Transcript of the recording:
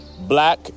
black